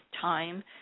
time